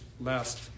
last